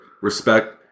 respect